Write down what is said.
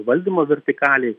valdymo vertikalėj